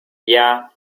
yeah